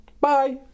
bye